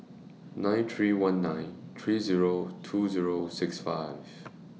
nine three one nine three Zero two Zero six five